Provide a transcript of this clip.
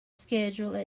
schedule